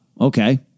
okay